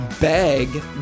beg